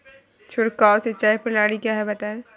छिड़काव सिंचाई प्रणाली क्या है बताएँ?